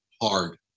hard